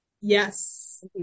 yes